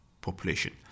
population